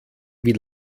wie